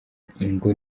ngo